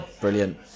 brilliant